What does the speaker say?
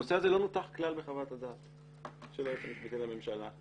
הנושא הזה לא נותח כלל בחוות הדעת של היועץ המשפטי לממשלה.